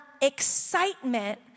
excitement